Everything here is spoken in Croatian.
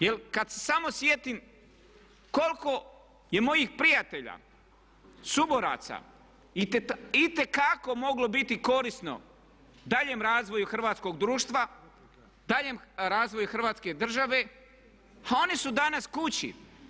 Jer kad se samo sjetim koliko je mojih prijatelja, suboraca itekako moglo biti korisno daljnjem razvoju hrvatskog društva, daljnjem razvoju Hrvatske države a oni su danas kući.